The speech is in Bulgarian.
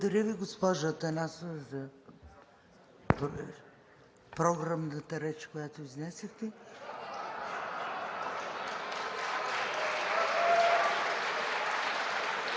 Благодаря Ви, госпожо Атанасова, за програмната реч, която изнесохте.